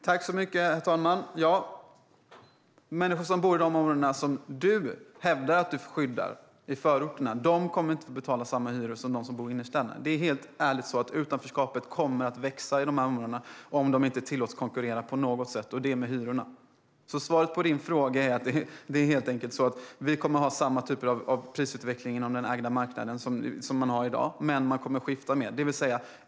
Herr talman! Människor som bor i förorterna och som du hävdar att du skyddar kommer inte att få betala samma hyror som de som bor i innerstäderna. Det är ärligt talat så att utanförskapet kommer att växa i dessa områden om de inte tillåts konkurrera på något sätt - och det är med hyrorna. Svaret på din fråga är helt enkelt att vi kommer att ha samma typ av prisutveckling inom den ägda marknaden som vi har i dag, men man kommer att skifta mer.